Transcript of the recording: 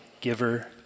giver